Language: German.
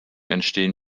entstehen